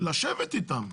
לשבת איתם.